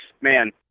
man